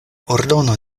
ordono